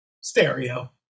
Stereo